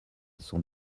sont